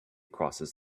crosses